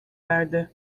verdi